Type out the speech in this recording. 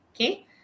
Okay